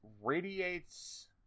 radiates